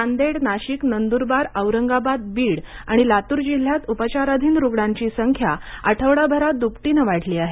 नांदेड नाशिक नंद्रबार औरंगाबाद बीड आणि लातूर जिल्ह्यात उपचाराधीन रुग्णांची संख्या आठवडाभरात दुपटीनं वाढली आहे